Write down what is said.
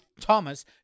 Thomas